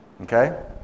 Okay